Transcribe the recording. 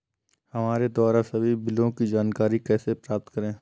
हमारे द्वारा सभी बिलों की जानकारी कैसे प्राप्त करें?